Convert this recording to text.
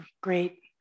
Great